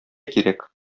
кирәк